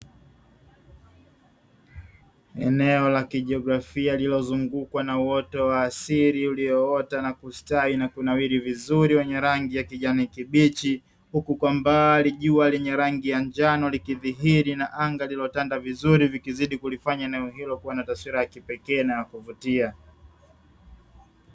Eneo la kijografia lililozungukwa na uwoto wa asili, ulioota na kustawi vizuri we rangi ya kijani kibichi, huku kwa mbali jua lenye rangi ya njano likidhihiri na anga lililotanda vizuri likizidi kulifanya eneo hilo kuwa na taswira ya kipekee na ya kuvutia.